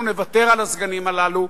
אנחנו נוותר על הסגנים הללו,